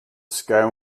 scale